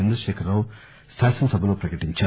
చంద్రశేఖరరావు శాసనసభలో ప్రకటించారు